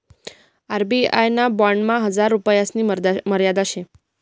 RBI ना बॉन्डमा हजार रुपयासनी मर्यादा शे